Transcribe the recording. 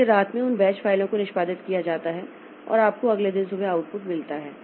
इसलिए रात में उन बैच फ़ाइलों को निष्पादित किया जाता है और आपको अगले दिन सुबह आउटपुट मिलता है